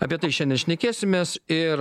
apie tai šiandien šnekėsimės ir